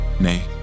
nay